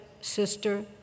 sister